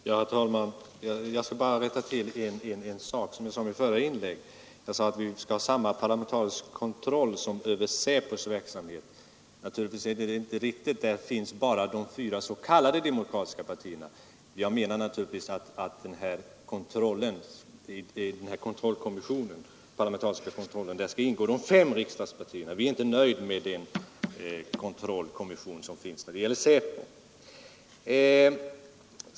Herr talman! Jag skall först rätta till en sak som jag sade i mitt förra inlägg. Jag sade att vi skall ha samma parlamentariska kontroll som över SÄPOSs verksamhet. Det är naturligtvis inte riktigt. I denna parlamentariska kontroll finns bara de fyra s.k. demokratiska partierna representerade. Jag menar självfallet att det i den parlamentariska kontrollkommissionen skall ingå företrädare för de fem riksdagspartierna. Vi är inte nöjda med den kontrollkommission som finns för SÄPO:s verksamhet.